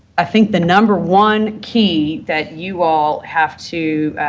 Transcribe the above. i think the number one key that you all have to